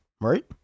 right